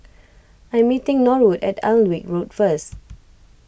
I'm meeting Norwood at Alnwick Road first